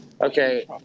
Okay